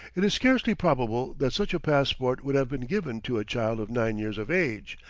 it is scarcely probable that such a passport would have been given to a child of nine years of age,